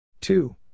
Two